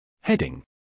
Heading